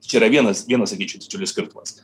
čia yra vienas vienas sakyčiau didžiulis skirtumas